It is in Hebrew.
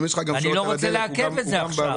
אני לא רוצה לעכב את זה עכשיו.